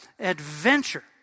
adventure